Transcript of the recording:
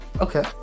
Okay